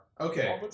Okay